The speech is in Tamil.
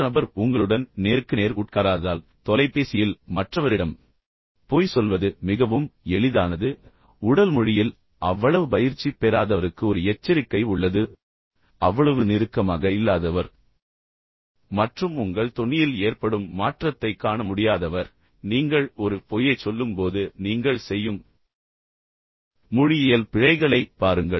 மற்ற நபர் உங்களுடன் நேருக்கு நேர் உட்காராததால் மீண்டும் தொலைபேசியில் மற்றவரிடம் பொய் சொல்வது மிகவும் எளிதானது உடல் மொழியில் அவ்வளவு பயிற்சி பெறாதவருக்கு ஒரு எச்சரிக்கை உள்ளது அவ்வளவு நெருக்கமாக இல்லாதவர் மற்றும் உங்கள் தொனியில் ஏற்படும் மாற்றத்தைக் காண முடியாதவர் நீங்கள் ஒரு பொய்யைச் சொல்லும்போது நீங்கள் செய்யும் மொழியியல் பிழைகளைப் பாருங்கள்